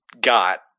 got